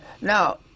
now